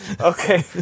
okay